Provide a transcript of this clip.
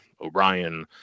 O'Brien